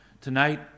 tonight